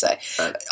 say